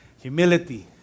Humility